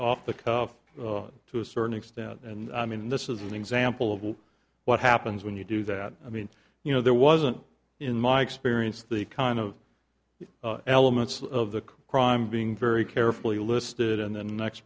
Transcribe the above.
off the cuff to a certain extent and i mean this is an example of what happens when you do that i mean you know there wasn't in my experience the kind of elements of the crime being very carefully listed and then ex